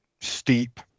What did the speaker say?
steep